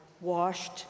washed